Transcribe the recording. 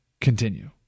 continue